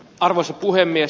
arvoisa puhemies